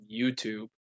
YouTube